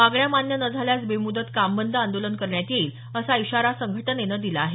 मागण्या मान्य न झाल्यास बेमुदत काम बंद आंदोलन करण्यात येईल असा इशारा संघटनेनं दिला आहे